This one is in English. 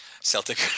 Celtic